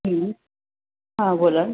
हां बोला